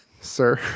Sir